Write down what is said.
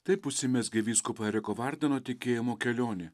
taip užsimezgė vyskupo eriko vardino tikėjimo kelionė